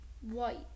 white